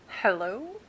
Hello